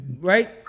Right